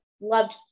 loved